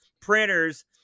printers